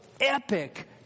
epic